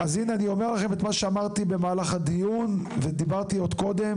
אז הנה אני אומר לכם את מה שאמרתי במהלך הדיון ודיברתי על זה עוד קודם.